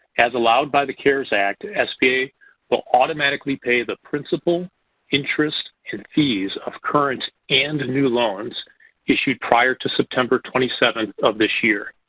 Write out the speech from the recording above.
as allowed by the cares act the sba will automatically pay the principal interest and fees of current and new loans issued prior to september twenty seventh of this year,